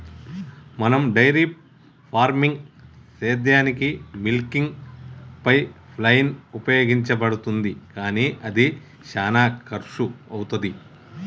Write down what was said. మనం dairy farming సెయ్యదానికీ milking pipeline ఉపయోగించబడుతుంది కానీ అది శానా కర్శు అవుతది